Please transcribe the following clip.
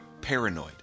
paranoid